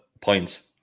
points